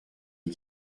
les